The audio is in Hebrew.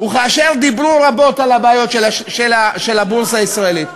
וכאשר דיברו רבות על הבעיות של הבורסה הישראלית,